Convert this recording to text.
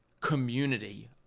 community